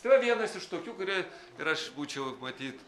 tai va vienas iš tokių kuri ir aš būčiau matyt